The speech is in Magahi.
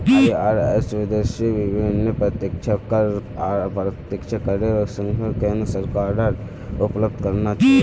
आई.आर.एस उद्देश्य विभिन्न प्रत्यक्ष कर आर अप्रत्यक्ष करेर संग्रह केन्द्र सरकारक उपलब्ध कराना छे